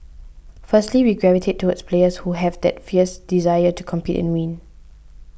firstly we gravitate towards players who have that fierce desire to compete and win